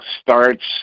starts